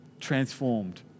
transformed